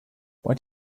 what